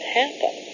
happen